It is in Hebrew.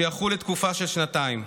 שיחול לתקופה של שנתיים,